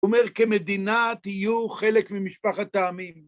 הוא אומר, כמדינה תהיו חלק ממשפחת טעמים.